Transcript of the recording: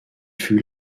fut